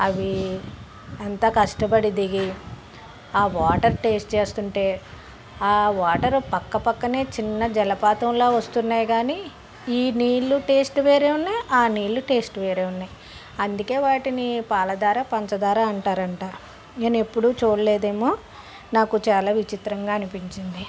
అవి అంత కష్టపడి దిగి ఆ వాటర్ టేస్ట్ చేస్తుంటే ఆ వాటర్ పక్కపక్కనే చిన్న జలపాతంలాగా వస్తున్నాయి కానీ ఈ నీళ్ళు టేస్ట్ వేరే ఉన్నాయి ఆ నీళ్ళు టేస్ట్ వేరే ఉన్నాయి అందుకు వాటిని పాలధార పంచదార అంటారంట నేను ఎప్పుడు చూడలేదేమో నాకు చాలా విచిత్రంగా అనిపించింది